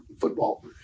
football